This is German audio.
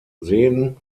seen